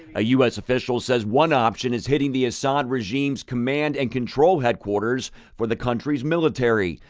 a u s. official says one option is hitting the assad regime's command and control headquarters for the country's military.